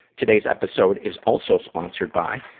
today's episode is also sponsored by, ah,